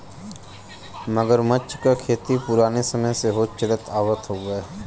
मगरमच्छ क खेती पुराने समय से होत चलत आवत हउवे